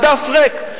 הדף ריק.